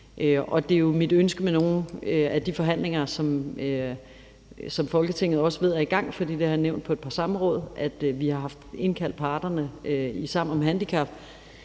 Det er jo mit ønske med nogle af de forhandlinger – Folketinget ved også, at de er i gang, for jeg har nævnt på et par samråd, at vi har haft indkaldt parterne i Sammen om handicap,